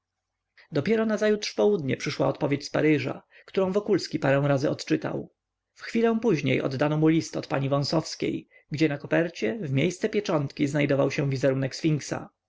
dopiero nazajutrz w południe przyszła odpowiedź z paryża którą wokulski parę razy odczytał w chwilę później oddano mu list od pani wąsowskiej gdzie na kopercie w miejsce pieczątki znajdował się wizerunek sfinksa